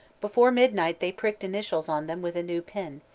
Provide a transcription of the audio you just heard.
before midnight they pricked initials on them with a new pin,